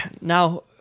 Now